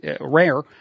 rare